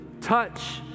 touch